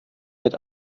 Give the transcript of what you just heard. mit